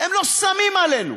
הם לא שמים עלינו.